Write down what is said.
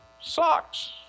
socks